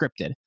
scripted